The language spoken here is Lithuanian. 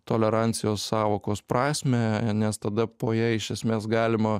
tolerancijos sąvokos prasmę nes tada po ja iš esmės galima